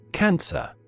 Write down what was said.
Cancer